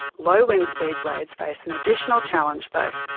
low wind speed blades face an additional challenge though.